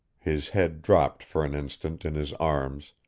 his head dropped for an instant in his arms,